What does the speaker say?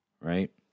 right